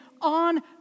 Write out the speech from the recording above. on